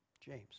James